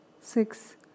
six